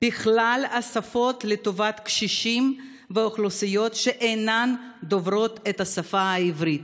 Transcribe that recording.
בכלל השפות לטובת קשישים ואוכלוסיות שאינם דוברים את השפה העברית.